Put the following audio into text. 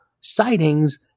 Sightings